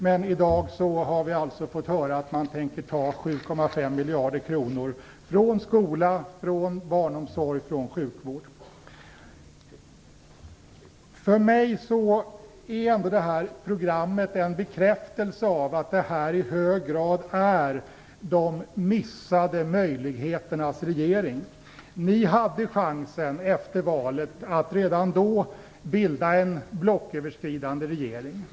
Men i dag har vi alltså fått höra att man tänker ta 7,5 miljarder kronor från skola, baromsorg och sjukvård. För mig är det här programmet en bekräftelse på att det här i hög grad är de missade möjligheternas regering. Ni hade chansen efter valet att redan då bilda en blocköverskridande regering.